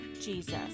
Jesus